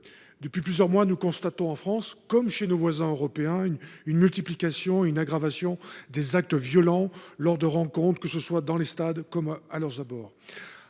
Depuis plusieurs mois, nous constatons en France, comme chez nos voisins européens, une multiplication et une aggravation des actes violents lors de rencontres, dans les stades ou à leurs abords.